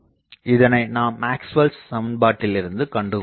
இதனை நாம் Maxwell Maxwell's சமன்பாட்டிலிருந்து கண்டு கொள்ளலாம்